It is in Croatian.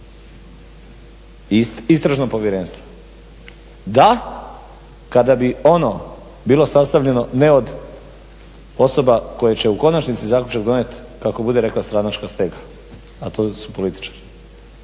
istražno povjerenstvo da kada bi ono bilo sastavljeno ne od osoba koje će u konačnici zaključak donijet kako bude rekla stranačka stega, a to su političari.